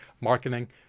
marketing